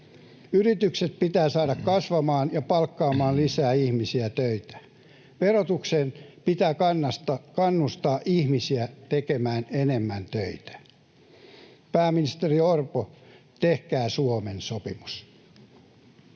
Yritykset pitää saada kasvamaan ja palkkaamaan lisää ihmisiä töihin. Verotuksen pitää kannustaa ihmisiä tekemään enemmän töitä. Pääministeri Orpo, tehkää Suomen sopimus.